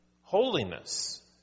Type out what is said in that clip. holiness